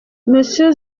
monsieur